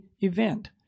event